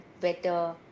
better